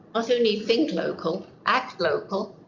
not only think local, act local.